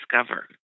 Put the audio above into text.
discover